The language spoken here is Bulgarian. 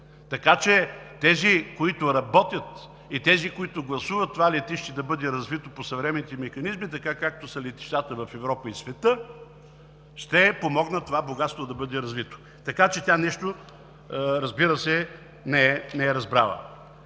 летище. Тези, които работят, и тези, които гласуват това летище да бъде развито по съвременните механизми, така както са летищата в Европа и света, ще помогнат това богатство да бъде развито. Тя нещо, разбира се, не е разбрала.